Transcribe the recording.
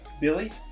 Billy